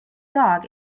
dog